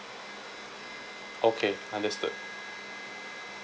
okay understood